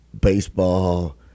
baseball